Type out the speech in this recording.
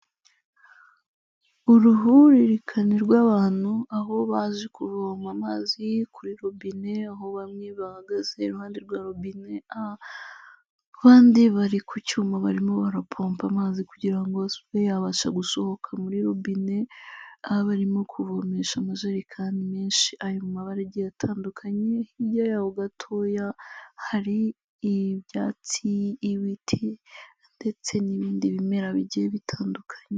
Uruhuririkane rw'abantu aho baje kuvoma amazi kuri robine, aho bamwe bahagaze iruhande rwa rubine, andi bari ku cyuma barimo barapompa amazi kugira abe yabasha gusohoka muri rubine, aha barimo kuvomesha amajerekani menshi ari mu mabara agiye atandukanye, hirya yaho gatoya hari ibyatsi, ibiti ndetse n'ibindi bimera bigiye bitandukanye.